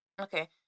Okay